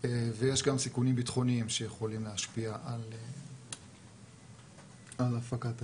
ויש גם סיכונים ביטחוניים שיכולים להשפיע על הפקת הגז.